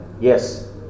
yes